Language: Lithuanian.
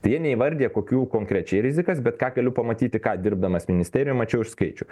tai jie neįvardija kokių konkrečiai rizikas bet ką galiu pamatyti ką dirbdamas ministerijoj mačiau iš skaičių